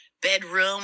Bedroom